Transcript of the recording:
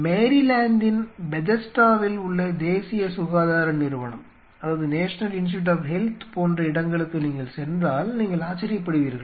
மேரிலாந்தின் பெதெஸ்டாவில் உள்ள தேசிய சுகாதார நிறுவனம் போன்ற இடங்களுக்கு நீங்கள் சென்றால் நீங்கள் ஆச்சரியப்படுவீர்கள்